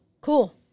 Cool